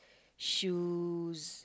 shoes